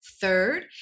Third